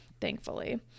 thankfully